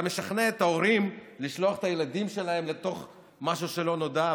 אתה משכנע את ההורים לשלוח את הילדים שלהם לתוך משהו שלא נודע.